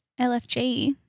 LFG